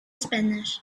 spanish